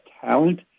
talent